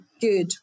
good